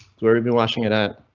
sorry, been watching it at.